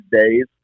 days